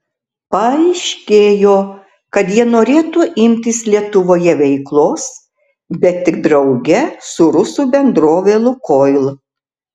paaiškėjo kad jie norėtų imtis lietuvoje veiklos bet tik drauge su rusų bendrove lukoil